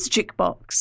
Jukebox